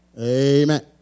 amen